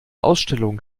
ausstellung